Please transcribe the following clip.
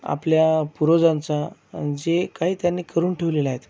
आपल्या पूर्वजांचा जे काही त्यांनी करून ठेवलेले आहेत